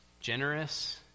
generous